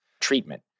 treatment